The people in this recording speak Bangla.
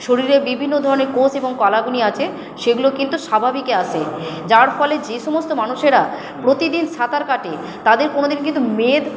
শরীরের বিভিন্ন ধরনের কোষ এবং কলাগুনি আছে সেগুলো কিন্তু স্বাভাবিকে আসে যার ফলে যে সমস্ত মানুষেরা প্রতিদিন সাঁতার কাটে তাদের কোনো দিন কিন্তু মেদ